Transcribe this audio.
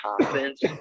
confidence